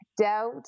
doubt